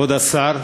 תודה, כבוד השר,